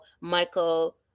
Michael